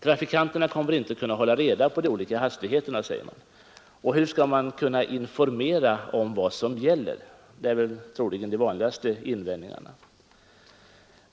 Trafikanterna kommer inte att kunna hålla reda på de olika hastigheterna, säger man. Hur skall man kunna informera om vad som gäller? Det är de vanligaste invändningarna.